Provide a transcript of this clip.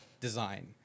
design